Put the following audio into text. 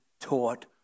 taught